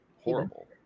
horrible